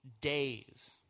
days